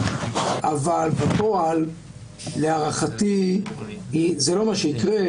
אבל בפועל להערכתי זה לא מה שיקרה,